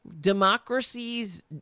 democracies